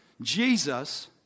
Jesus